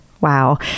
Wow